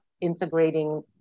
integrating